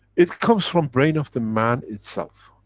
it comes from brain of the man itself.